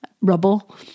rubble